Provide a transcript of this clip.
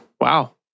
wow